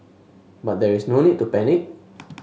but there is no need to panic